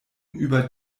über